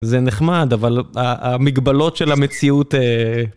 זה נחמד, אבל המגבלות של המציאות...